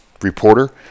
reporter